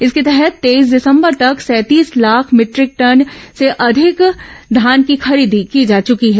इसके तहत तेईस दिसंबर तक सैंतीस लाख भीटरिक टन से अधिक धान की खरीदी की जा चुकी है